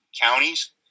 counties